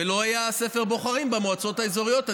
ולא היה ספר בוחרים במועצות האזוריות.